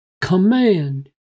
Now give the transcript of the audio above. Command